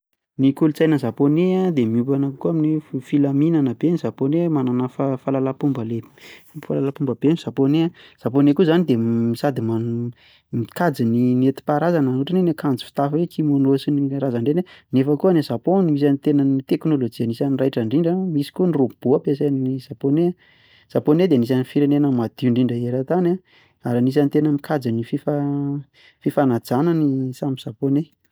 Ny kolontsaina zapone dia miompanana kokoa amin'ny filaminana be, ny japone manana fahalalam-pomba le- fahalalam-pomba be ny zapone an, ny zapone koa izany dia sady m mikajy ny nentim-paharazana ohatra hoe ny akanjo fitafy hoe kimono sy ny karazany ireny an, nefa koa any Japon no tena misy an'ireny teknolojia anisany raitra indrindra misy koa ny robot ampiasain'ny zapone. Ny zapone dia anisany firenena madio indrindra eran-tany ary anisan'ny tena mikajy ny fifanajana ny samy zapone.